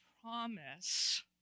promise